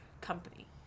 company